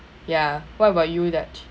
ya what about you dach